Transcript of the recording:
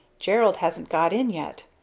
gerald hasn't got in yet.